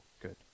good